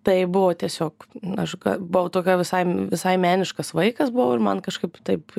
tai buvo tiesiog aš buvau tokia visai visai meniškas vaikas buvau ir man kažkaip taip